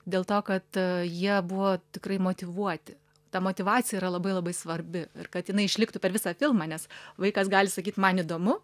dėl to kad jie buvo tikrai motyvuoti ta motyvacija yra labai labai svarbi ir kad jinai išliktų per visą filmą nes vaikas gali sakyt man įdomu